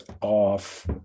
off